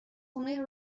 خونه